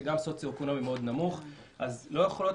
וגם סוציואקונומי מאוד נמוך לא יכולות